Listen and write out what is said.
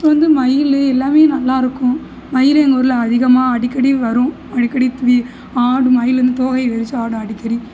இப்போ வந்து மயில் எல்லாம் நல்லாயிருக்கும் மயில் எங்கள் ஊரில் அதிகமாக அடிக்கடி வரும் அடிக்கடி ஆடும் மயில் வந்து தோகையை விரித்து ஆடும் அடிக்கடி